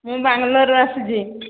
ମୁଁ ବାଙ୍ଗଲୋରରୁ ଆସିୁଛି